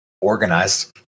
organized